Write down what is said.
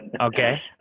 okay